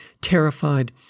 terrified